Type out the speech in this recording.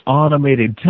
automated